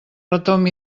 retomb